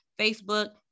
Facebook